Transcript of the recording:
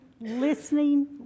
listening